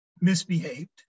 misbehaved